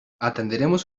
atenderemos